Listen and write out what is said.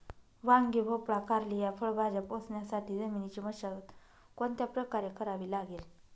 वांगी, भोपळा, कारली या फळभाज्या पोसण्यासाठी जमिनीची मशागत कोणत्या प्रकारे करावी लागेल?